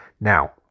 now